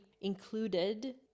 included